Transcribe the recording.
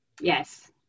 Yes